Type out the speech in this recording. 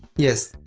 yes,